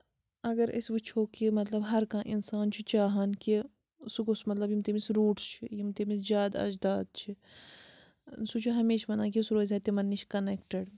أ اگر أسۍ وٕچھو کہ مطلب ہَر کانٛہہ اِنسان چھُ چاہان کہِ سُہ گوٚژھ مطلب یِم تٔمِس روٗٹٕس چھِ یِم تٔمِس جَد اجَداد چھِ سُہ چھُ ہمیشہٕ وَنان کہ سُہ روزِہا تِمَن نِش کَنَکٹِڈ